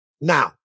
Now